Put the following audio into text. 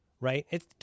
right